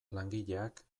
langileak